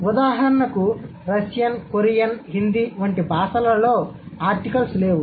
ఉదాహరణకు Russian Korean Hindi వంటి బాషలలో ఆర్టికల్స్ లేవు